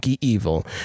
evil